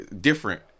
different